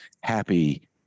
happy